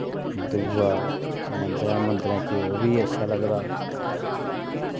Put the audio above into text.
दुऐ मंदरैं मुंदरैं च ओह् बी अच्छा लगदा